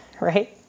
right